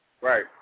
Right